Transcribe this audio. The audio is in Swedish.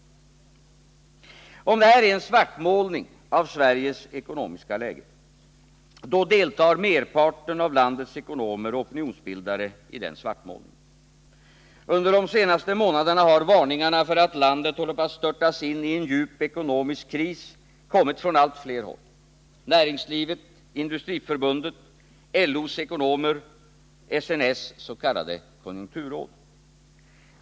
Om detta är en svartmålning av Sveriges ekonomiska läge, deltar merparten av landets ekonomer och opinionsbildare i den svartmålningen. Under de senaste månaderna har varningarna för att landet håller på att störtas in i en djup ekonomisk kris kommit från allt fler håll: näringslivet, Industriförbundet, LO:s ekonomer, SNS:s s.k. konjunkturråd.